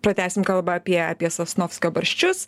pratęsim kalbą apie apie sosnovskio barščius